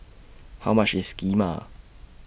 How much IS Kheema